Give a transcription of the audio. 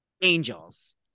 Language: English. angels